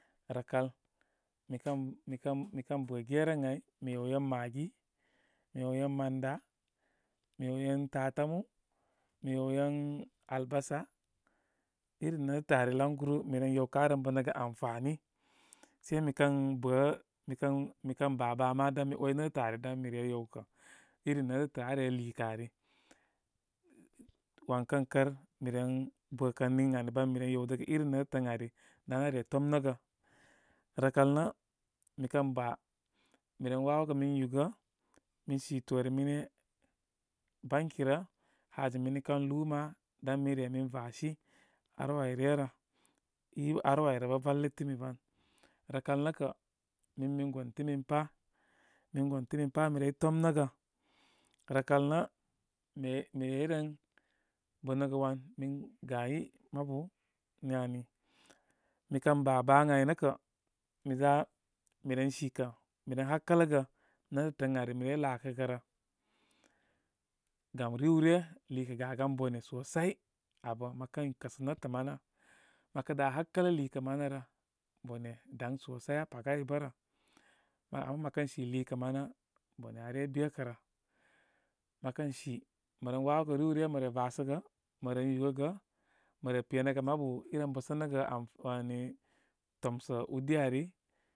Rəkal mikən, mikən mikən bə gera ən áy mi yewyen maggi, mi yewyen manda, mi yew yen tatámú, mi yew yen albasa irin ustətə air lagguru marel wankə aren banəgə nufara sə mikən. bə, mikən mikan ba baa ma dan mi ‘way nétətə ari dan mi reyan kə iri rétətə are lúkəm won kən kər mi ren bərə ən niŋ ari bar. Mi re yew də gə irim retətə ar ari dár are tomnəgə. Rəkal nə mikən ba mi rer wəwəgə mi yugə, mi sa toore mine bankurə. Hoje min kən lúú ma dar mire min rosi. Ar wow áy rgə rə iar wow ayrə bə malitimi var. Rə ka nəkə min mi gərti min ra. mir genti min páw rey zomnəgə rəkal nə nal-mi reg ren bənəgə wari min gay mabu ni ani. Mi kən ba baa əi áy nə kə, miza mi ren sikəi nu ren hakə ləgə netətə ən ari mi luukəgə rə. Gam riwajə lúkə gagan bone sosai ábə mə kən kəsə netə manə, mə kə dá hakələ liikə manə rə, bone daŋ, sosai aa pagá ay bə rə. Ama mə kən si liikə manə bone are bekərə. Məkən si mə ren wawogə riw ryə mə re vasəgə. Mə ren yúgəgə mə re pe nəgə mabu irem bəsənəgə amfani, wani tomsə udi ari.